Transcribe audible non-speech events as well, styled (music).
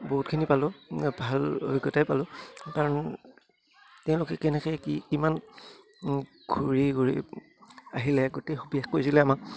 বহুতখিনি পালোঁ ভাল অভিজ্ঞতাই পালোঁ কাৰণ তেওঁলোকে কেনেকে কি কিমান ঘূৰি ঘূৰি আহিলে গোটেই (unintelligible) আমাক